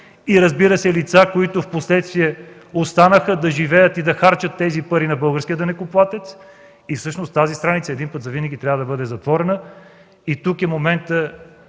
и, разбира се, лица, които впоследствие останаха да живеят и да харчат тези пари на българския данъкоплатец. Тази страница един път завинаги трябва да бъде затворена. Тук е моментът